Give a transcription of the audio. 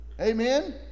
Amen